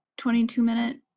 22-minute